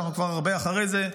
שאנחנו כבר הרבה אחרי זה.